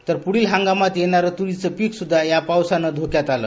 तर प्ढील हंगामात येणार त्रीच पीक सुद्धा या पावसान धोक्यात आल